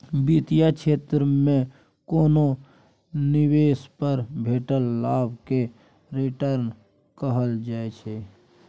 बित्तीय क्षेत्र मे कोनो निबेश पर भेटल लाभ केँ रिटर्न कहल जाइ छै